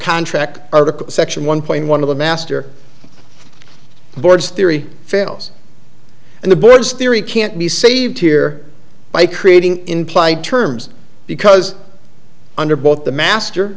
contract section one point one of the master board's theory fails and the board's theory can't be saved here by creating implied terms because under both the master